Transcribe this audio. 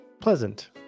pleasant